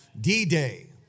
D-Day